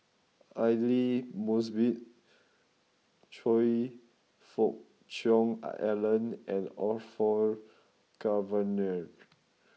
Aidli Mosbit Choe Fook Cheong Alan and Orfeur Cavenagh